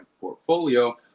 portfolio